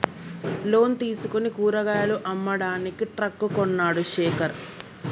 loan తీసుకుని కూరగాయలు అమ్మడానికి ట్రక్ కొన్నడు శేఖర్